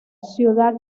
ciudad